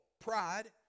pride